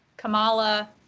Kamala